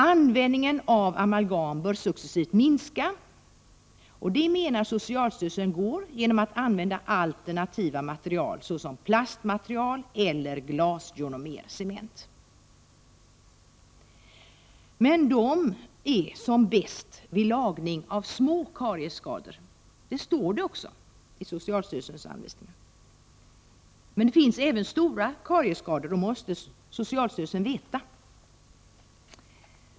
Användningen av amalgam bör successivt minska, och det menar socialstyrelsen kan åstadkommas genom användning av alternativa material, såsom plastmaterial eller glasjonomercement. Men dessa material är, som det också framhålls i socialstyrelsens anvisningar, bäst vid lagning av små kariesskador. Det finns dock även stora kariesskador— det måste socialstyrelsen veta.